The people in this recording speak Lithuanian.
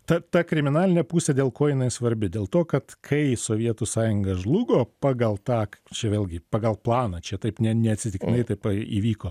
ta ta kriminalinė pusė dėl ko jinai svarbi dėl to kad kai sovietų sąjunga žlugo pagal tą čia vėlgi pagal planą čia taip ne neatsitiktinai taip įvyko